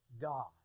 God